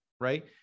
right